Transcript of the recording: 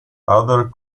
other